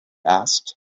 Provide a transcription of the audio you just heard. asked